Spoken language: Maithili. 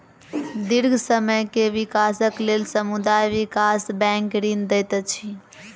दीर्घ समय के विकासक लेल समुदाय विकास बैंक ऋण दैत अछि